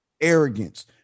arrogance